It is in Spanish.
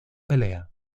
pelea